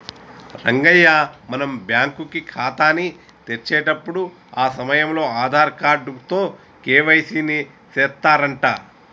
రంగయ్య మనం బ్యాంకు ఖాతాని తెరిచేటప్పుడు ఆ సమయంలో ఆధార్ కార్డు తో కే.వై.సి ని సెత్తారంట